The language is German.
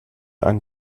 einen